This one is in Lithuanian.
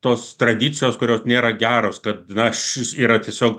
tos tradicijos kurios nėra geros kad yra tiesiog